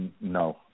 no